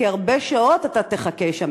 כי הרבה שעות אתה תחכה שם,